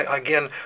again